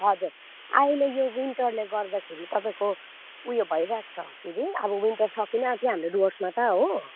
हजुर अहिले यो विन्टरले गर्दाखेरि तपाईँको उयो भइरहेको छ के अरे अब विन्टर सकिन आट्यो हाम्रो डुवर्समा त हो